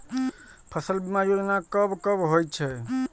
फसल बीमा योजना कब कब होय छै?